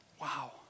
Wow